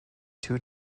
two